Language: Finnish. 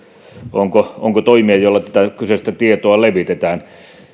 onko onko toimia joilla tätä kyseistä tietoa levitetään